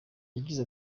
yagize